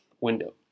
window